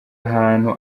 ahantu